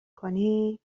کنی